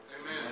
Amen